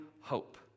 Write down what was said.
hope